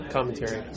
Commentary